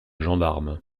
gendarme